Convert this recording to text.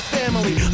family